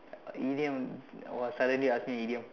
uh idiom !wah! suddenly ask me idiom